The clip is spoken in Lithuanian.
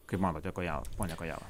kaip matote kojala pone kojala